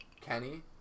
Kenny